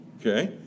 Okay